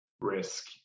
risk